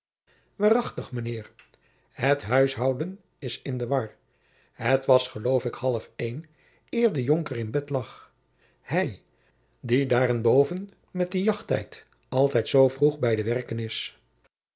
waarachtig mijnheer het huishouden is in de war het was geloof ik half een eer de jonker in bed lag hij die daarenboven met den jachttijd altijd zoo vroeg bij de werken is